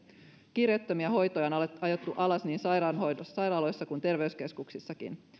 kiireettömiä hoitoja on ajettu alas niin sairaaloissa kuin terveyskeskuksissakin